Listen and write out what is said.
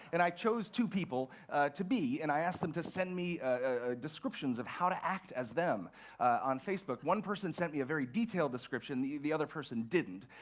and i chose two people to be, and i asked them to send me ah descriptions of how to act as them on facebook. one person sent me a very detailed description the the other person didn't.